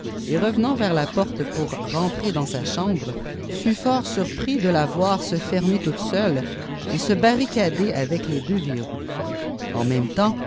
et revenant vers la porte pour rentrer dans sa chambre fut fort surpris de la voir se fermer toute seule ot se barricader avec les deuxverrouic en même temps